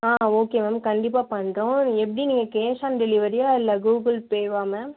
ஆ okay ma'am கண்டிப்பாக பண்ணுறோம் எப்படி நீங்கள் கேஷ் ஆன் டெலிவரியா இல்லை கூகுள் பேவா மேம்